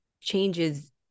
changes